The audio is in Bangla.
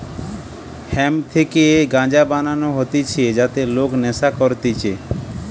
হেম্প থেকে গাঞ্জা বানানো হতিছে যাতে লোক নেশা করতিছে